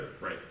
right